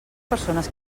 persones